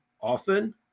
often